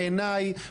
בעיניי,